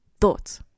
thoughts